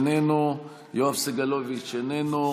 איננו,